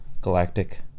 galactic